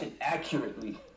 Accurately